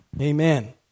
Amen